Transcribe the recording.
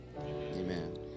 Amen